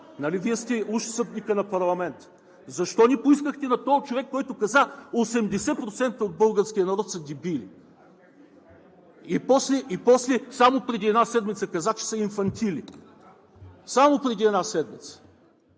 Нали Вие сте уж съдбите на парламента?! Защо не поискахте на този човек, който каза, че: „80% от българския народ са дебили“?! (Реплики.) После, само преди една седмица, каза, че са „инфантили“. Само преди една седмица!